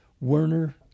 werner